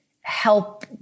help